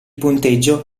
punteggio